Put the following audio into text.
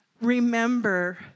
remember